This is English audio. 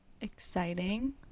exciting